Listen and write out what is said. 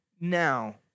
Now